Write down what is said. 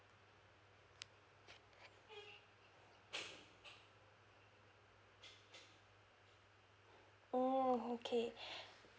oh okay